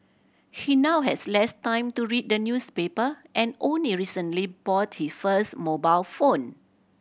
he now has less time to read the newspaper and only recently bought he first mobile phone